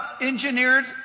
engineered